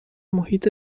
محیط